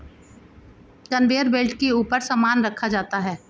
conveyor belt के ऊपर सामान रखा जाता है